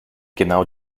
genau